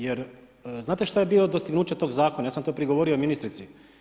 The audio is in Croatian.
Jer znate šta je bilo dostignuće tog zakona, ja sam to prigovorio ministrici?